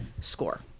score